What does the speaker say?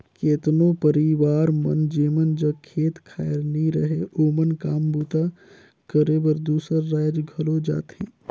केतनो परिवार मन जेमन जग खेत खाएर नी रहें ओमन काम बूता करे बर दूसर राएज घलो जाथें